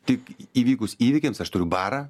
tik įvykus įvykiams aš turiu barą